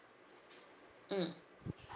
mm